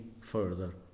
further